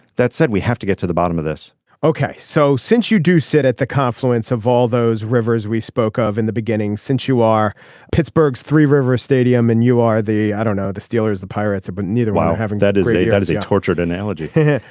that said we have to get to the bottom of this ok. so since you do sit at the confluence of all those rivers we spoke of in the beginning since you are pittsburgh's three rivers stadium and you are the i don't know the steelers the pirates but neither while having that is that is a tortured analogy here.